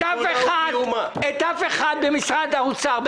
אבל את אף אחד במשרד האוצר,